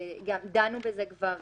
דנו בזה כבר